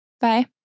Bye